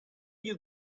you